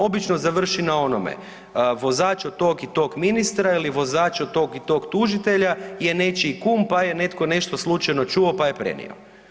Obično završi na onome, vozač od tog i tog ministra ili vozač od tog i tog tužitelja je nečiji kum, pa je netko nešto slučajno čuo pa je prenio.